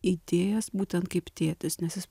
įdėjęs būtent kaip tėtis nes jis